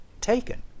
taken